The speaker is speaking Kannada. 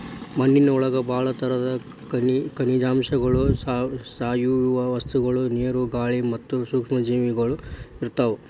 ಮಣ್ಣಿನೊಳಗ ಬಾಳ ತರದ ಖನಿಜಾಂಶಗಳು, ಸಾವಯವ ವಸ್ತುಗಳು, ನೇರು, ಗಾಳಿ ಮತ್ತ ಸೂಕ್ಷ್ಮ ಜೇವಿಗಳು ಇರ್ತಾವ